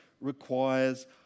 requires